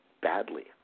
Badly